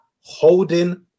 holding